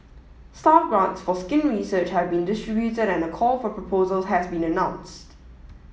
staff grants for skin research have been distributed and a call for proposals has been announced